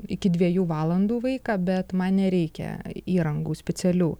iki dviejų valandų vaiką bet man nereikia įrangų specialių